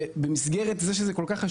במסגרת זה שחשוב לנו כל כך,